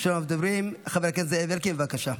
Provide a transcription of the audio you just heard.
ראשון הדוברים חבר הכנסת זאב אלקין, בבקשה.